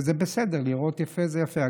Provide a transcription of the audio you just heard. וזה בסדר, להיראות יפה זה יפה.